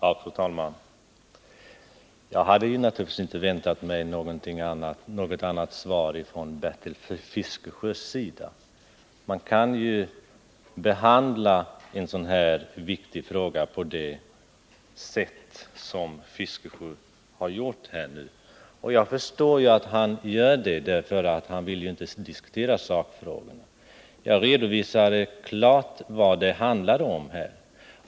Fru talman! Jag hade naturligtvis inte väntat mig något annat svar från Bertil Fiskesjö. Jag förstår att Bertil Fiskesjö behandlar en så här viktig fråga på det sätt som han gör — han vill nämligen inte diskutera sakfrågorna. Jag redovisade klart vad det handlade om.